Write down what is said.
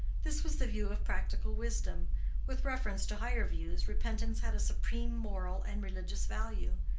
this was the view of practical wisdom with reference to higher views, repentance had a supreme moral and religious value.